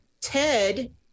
Ted